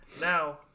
Now